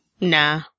Nah